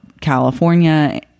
California